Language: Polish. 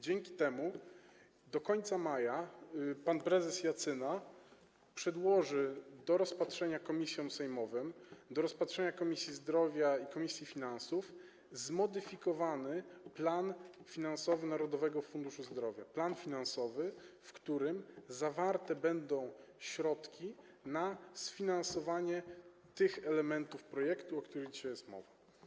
Dzięki temu do końca maja pan prezes Jacyna przedłoży do rozpatrzenia komisjom sejmowym, do rozpatrzenia Komisji Zdrowia i komisji finansów, zmodyfikowany plan finansowy Narodowego Funduszu Zdrowia, w którym uwzględnione będą środki na sfinansowanie tych elementów projektu, o którym dzisiaj jest mowa.